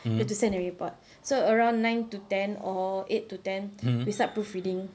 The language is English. you have to send a report so around nine to ten or eight to ten we start proofreading